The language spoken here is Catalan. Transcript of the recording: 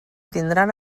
tindran